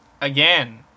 again